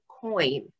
coin